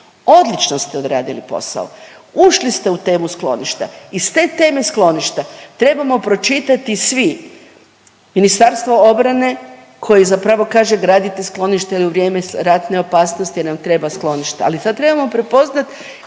odlično ste odradili posao. Ušli ste u temu skloništa. Iz te teme skloništa trebamo pročitati svi, Ministarstvo obrane koji zapravo kaže, gradite skloništa jer u vrijeme ratne opasnosti nam treba skloništa, ali sad trebamo prepoznati